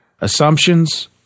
assumptions